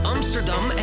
Amsterdam